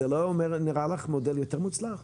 זה לא נראה לך מודל יותר מוצלח?